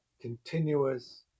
continuous